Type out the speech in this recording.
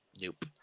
Nope